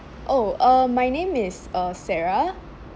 oh uh my name is uh sarah